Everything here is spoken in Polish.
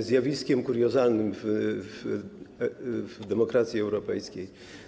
zjawiskiem kuriozalnym w demokracji europejskiej.